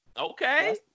Okay